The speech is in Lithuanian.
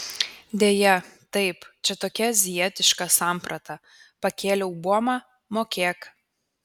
deja taip čia tokia azijietiška samprata pakėliau buomą mokėk